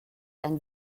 ein